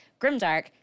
grimdark